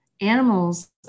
animals